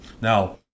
Now